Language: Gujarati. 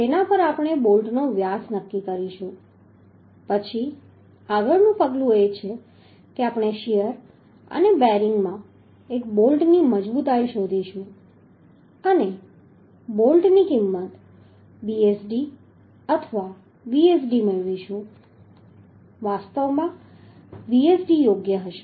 તેના પર આપણે બોલ્ટનો વ્યાસ નક્કી કરીશું પછી આગળનું પગલું એ છે કે આપણે શીયર બેરિંગ માં એક બોલ્ટની મજબૂતાઈ શોધીશું અને બોલ્ટની કિંમત Bsd અથવા Vsd મેળવીશું વાસ્તવમાં Vsd યોગ્ય હશે